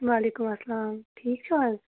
وعلیکُم اسلام ٹھیٖک چھِو حظ